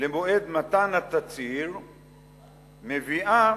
למועד מתן התצהיר מביאה